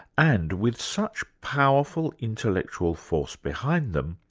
and with such powerful intellectual force behind them,